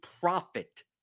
profit